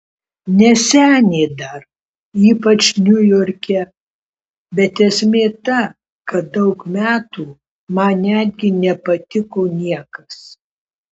ne senė dar ypač niujorke bet esmė ta kad daug metų man netgi nepatiko niekas